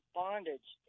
bondage